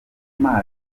mazi